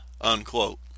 unquote